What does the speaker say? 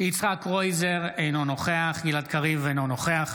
יצחק קרויזר, אינו נוכח גלעד קריב, אינו נוכח